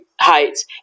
heights